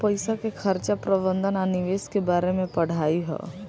पईसा के खर्चा प्रबंधन आ निवेश के बारे में पढ़ाई ह